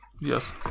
Yes